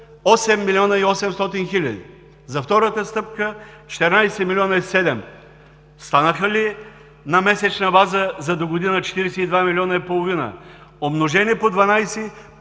8 милиона и 800 хиляди. За втората стъпка – 14 милиона и 7. Станаха ли на месечна база за догодина 42 милиона и половина? Умножени по 12